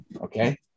okay